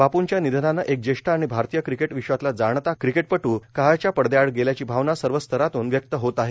बापूंच्या निधनानं एक ज्येष्ठ आणि भारतीय क्रिकेट विश्वातला जाणता क्रिकेटपटू काळाच्या पडद्याआड गेल्याची भावना सर्वच स्तरातून व्यक्त होत आहे